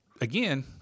Again